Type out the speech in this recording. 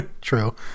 True